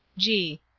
g.